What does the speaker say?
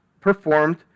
performed